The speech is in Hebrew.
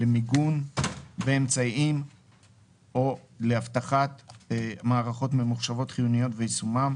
למיגון ואמצעים או לאבטחת מערכות ממוחשבות חיוניות ויישומם,